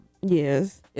Yes